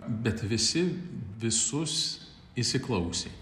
bet visi visus įsiklausė